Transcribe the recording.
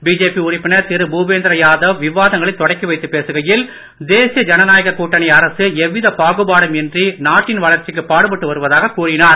BJP உறுப்பினர் திரு பூபேந்திர யாதவ் விவாதங்களை தொடக்கி வைத்துப் பேசுகையில் தேசிய ஜனநாயக கூட்டணி அரசு எவ்வித பாகுபாடும் இன்றி நாட்டின் வளர்ச்சிக்கு பாடுபட்டு வருவதாக கூறினார்